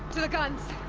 to the guns!